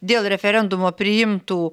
dėl referendumo priimtų